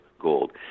gold